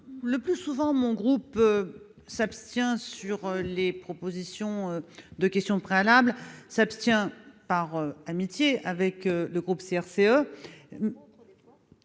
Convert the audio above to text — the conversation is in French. le plus souvent mon groupe s'abstient sur les propositions de questions préalables s'abstient par amitié avec le groupe CRCE